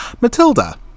Matilda